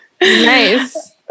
Nice